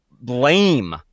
blame